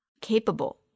capable